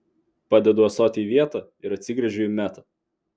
padedu ąsotį į vietą ir atsigręžiu į metą